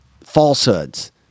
falsehoods